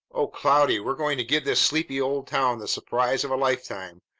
o cloudy, we're going to give this sleepy old town the surprise of a lifetime!